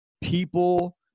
people